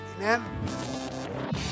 Amen